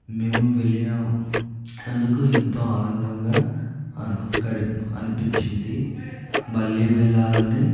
మేము వెళ్ళినందుకు అందుకు ఎంతో ఆనందంగా అనిపించింది మళ్ళీ వెళ్ళాలని